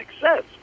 success